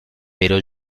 pero